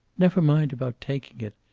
never mind about taking it.